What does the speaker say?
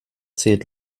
zählt